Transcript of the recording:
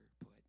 put